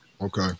Okay